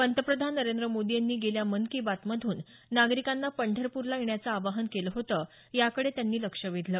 पंतप्रधान नरेंद्र मोदी यांनी गेल्या मन की बात मधून नागरिकांना पंढरपूरला येण्याचं आवाहन केलं होतं या कडे त्यांनी लक्ष वेधलं